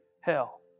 hell